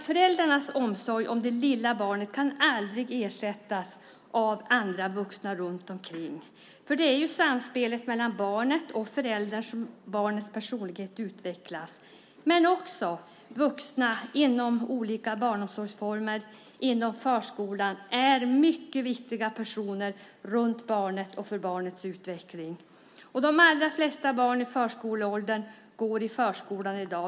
Föräldrarnas omsorg om det lilla barnet kan aldrig ersättas av andra vuxna runt omkring. Det är i samspelet mellan barnet och föräldrarna som barnets personlighet utvecklas. Men vuxna inom olika barnomsorgsformer och inom förskolan är också mycket viktiga personer för barnets utveckling. De allra flesta barn i förskoleåldern går i förskolan i dag.